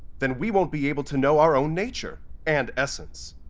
then we won't be able to know our own nature and essence,